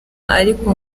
ariko